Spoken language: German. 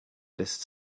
lässt